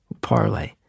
Parlay